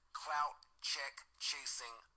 clout-check-chasing